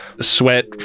sweat